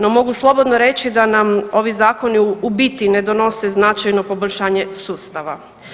No mogu slobodno reći da nam ovi zakoni u biti ne donose značajno poboljšanje sustava.